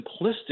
simplistic